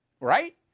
Right